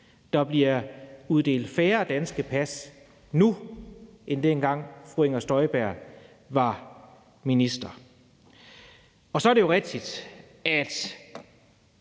Der bliver uddelt færre danske pas nu end dengang, hvor fru Inger Støjberg var minister. Og så er det jo rigtigt, at